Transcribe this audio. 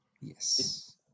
Yes